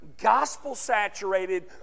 gospel-saturated